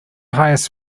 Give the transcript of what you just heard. highest